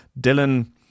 Dylan